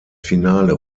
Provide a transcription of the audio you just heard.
finale